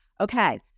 Okay